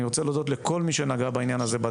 אני רוצה להודות לכל מי שנגע בעניין הזה.